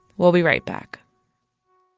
we'll be right back